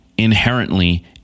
Inherently